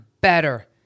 better